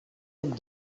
and